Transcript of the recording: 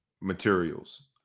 materials